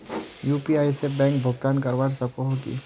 UPI से bank भुगतान करवा सकोहो ही?